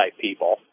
people